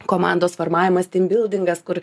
komandos formavimas timbildingas kur